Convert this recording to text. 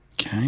Okay